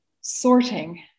sorting